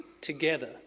together